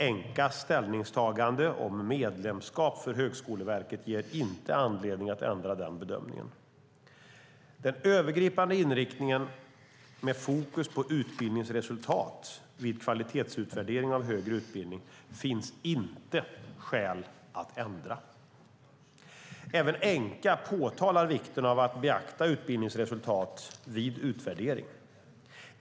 Enqas ställningstagande om medlemskap för Högskoleverket ger inte anledning att ändra denna bedömning. Den övergripande inriktningen, med fokus på utbildningens resultat vid kvalitetsutvärdering av högre utbildning, finns det inte skäl att ändra. Även Enqua påtalar vikten av att beakta utbildningens resultat vid utvärdering.